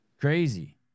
Crazy